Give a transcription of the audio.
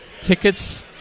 tickets